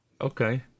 okay